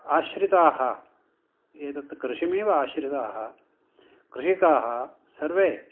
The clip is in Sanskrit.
आश्रिताः एतत् कृषिमेव आश्रिताः कृषिकाः सर्वे